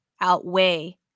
outweigh